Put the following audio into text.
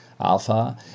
Alpha